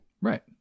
Right